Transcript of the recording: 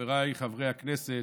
חבריי חברי הכנסת,